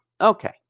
Okay